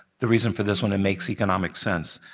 the reason for this one, it makes economic sense.